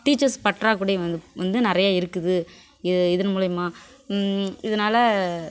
teachers பற்றாக்குறை வந்து வந்து நிறைய இருக்குது இதன் மூலயமா இதனால